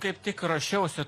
kaip tik ruošiausi